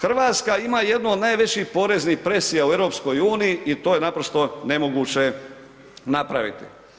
Hrvatska ima jednu od najvećih poreznih presija u EU i to je naprosto nemoguće napraviti.